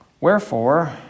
Wherefore